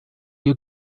you